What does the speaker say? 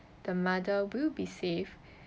the mother will be safe